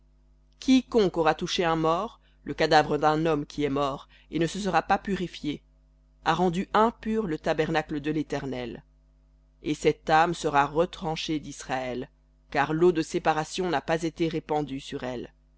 quiconque aura touché un mort le cadavre d'un homme qui est mort et ne se sera pas purifié a rendu impur le tabernacle de l'éternel et cette âme sera retranchée d'israël car l'eau de séparation n'a pas été répandue sur elle